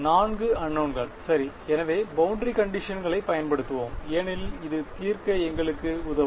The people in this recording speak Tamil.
4 அந்நோன்கள் சரி எனவே பௌண்டரி கண்டிஷன்ஸ்களை பயன்படுத்துவோம் ஏனெனில் இது தீர்க்க எங்களுக்கு உதவும்